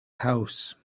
house